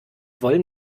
wollen